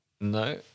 No